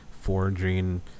forging